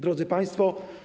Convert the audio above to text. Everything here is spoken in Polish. Drodzy Państwo!